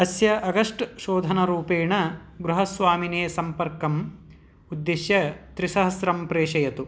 अस्य अगस्ट् शोधनरूपेण गृहस्वामिनेसम्पर्कम् उद्दिश्य त्रिसहस्रं प्रेषयतु